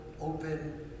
open